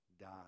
die